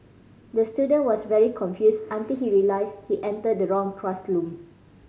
the student was very confused until he realised he entered the wrong classroom